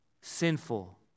sinful